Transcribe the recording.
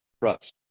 trust